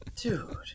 Dude